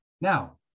now